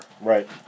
Right